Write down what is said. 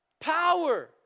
power